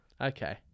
Okay